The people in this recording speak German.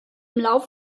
lauf